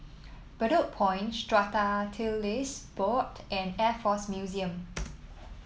Bedok Point Strata Titles Board and Air Force Museum